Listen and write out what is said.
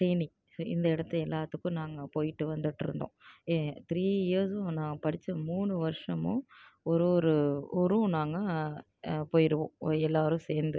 தேனி இந்த இடத்த எல்லாத்துக்கும் நாங்கள் போய்விட்டு வந்துட்டிருந்தோம் த்ரீ இயர்ஸும் நான் படித்த மூணு வருஷமும் ஒரு ஒரு ஊரும் நாங்கள் போய்டுவோம் எல்லாரும் சேர்ந்து